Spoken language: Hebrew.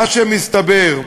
מה שמתברר